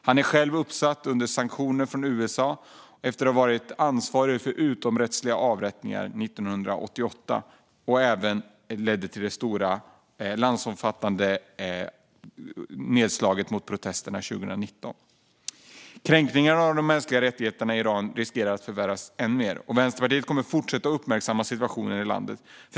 Han omfattas själv av sanktioner från USA efter att ha varit ansvarig för utomrättsliga avrättningar 1988 och lett det stora, landsomfattande nedslaget mot protesterna 2019. Kränkningarna av de mänskliga rättigheterna i Iran riskerar att förvärras än mer. Vänsterpartiet kommer att fortsätta uppmärksamma situationen i landet.